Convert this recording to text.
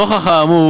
נוכח האמור